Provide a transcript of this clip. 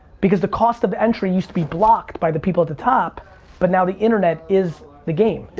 because the cost of entry used to be blocked by the people at the top but now the internet is the game.